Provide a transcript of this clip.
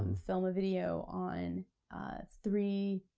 um film a video on three,